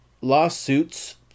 lawsuits